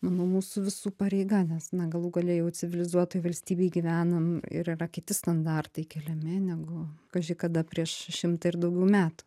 manau mūsų visų pareiga nes na galų gale jau civilizuotoj valstybėj gyvenam ir yra kiti standartai keliami negu kaži kada prieš šimtą ir daugiau metų